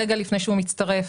רגע לפני שהוא מצטרף,